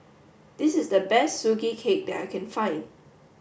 this is the best Sugee cake that I can find